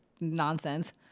nonsense